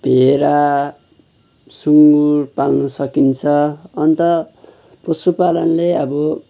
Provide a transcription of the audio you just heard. भेँडा सुँगुर पाल्न सकिन्छ अन्त पशुपालनले अब